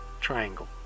Triangle